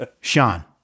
sean